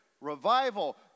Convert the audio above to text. revival